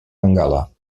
bengala